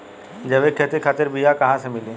जैविक खेती खातिर बीया कहाँसे मिली?